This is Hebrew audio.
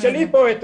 תשאלי פה את